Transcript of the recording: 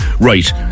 right